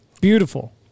Beautiful